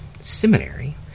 seminary